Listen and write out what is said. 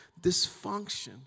dysfunction